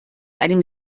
einem